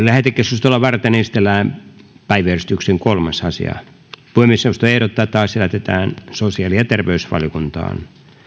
lähetekeskustelua varten esitellään päiväjärjestyksen kolmas asia puhemiesneuvosto ehdottaa että asia lähetetään sosiaali ja terveysvaliokuntaan